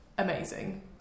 amazing